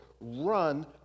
run